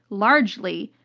largely,